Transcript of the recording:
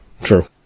True